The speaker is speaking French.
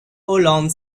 hollande